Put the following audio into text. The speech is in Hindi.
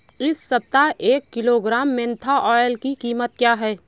इस सप्ताह एक किलोग्राम मेन्था ऑइल की कीमत क्या है?